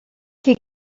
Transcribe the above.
qui